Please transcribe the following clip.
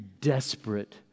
desperate